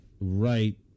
right